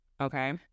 Okay